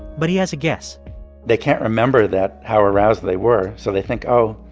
but he has a guess they can't remember that, how aroused they were, so they think, oh,